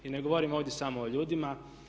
I ne govorim ovdje samo o ljudima.